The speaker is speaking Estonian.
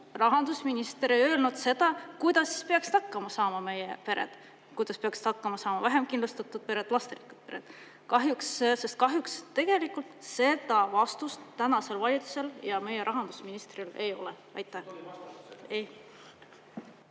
Rahandusminister ei öelnud seda, kuidas peaksid hakkama saama meie pered: kuidas peaksid hakkama saama vähem kindlustatud pered, lasterikkad pered. Kahjuks tegelikult seda vastust tänasel valitsusel ja meie rahandusministril ei ole. Aitäh!